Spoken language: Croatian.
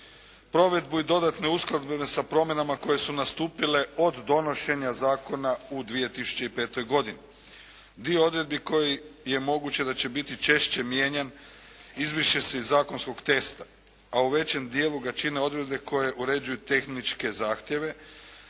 provedbu i dodatne uskladbe sa promjenama koje su nastupile od donošenja Zakona u 2005. godini. Dio odredbi koji je moguće da će biti češće mijenjan izbriše se iz zakonskog testa. A u većem dijelu ga čine odredbe koje uređuju tehničke zahtjeve